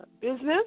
business